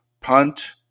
punt